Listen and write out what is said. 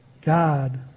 God